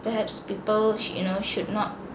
perhaps people you know should not